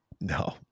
No